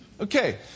Okay